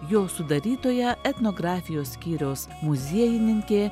jo sudarytoja etnografijos skyriaus muziejininkė